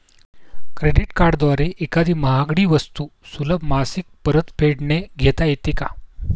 Credit कार्डद्वारे एखादी महागडी वस्तू सुलभ मासिक परतफेडने घेता येते का?